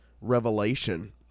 revelation